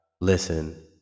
listen